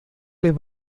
les